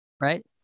right